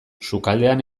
sukaldean